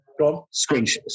screenshot